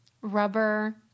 rubber